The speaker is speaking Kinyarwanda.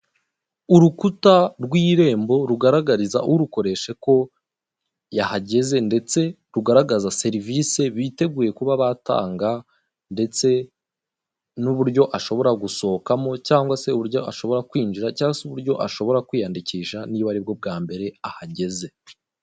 Urukuta rw'irembo rugaragariza urukoresha ko yahageze ndetse rugaragaza serivisi biteguye kuba batanga ndetse n'uburyo ashobora gusohokamo cyangwa se uburyo ashobora kwinjira cyangwa uburyo ashobora kwiyandikisha niba aribwo bwa mbere ahageze.